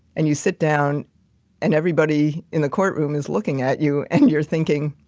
and you sit down and everybody in the courtroom is looking at you and you're thinking,